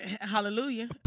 Hallelujah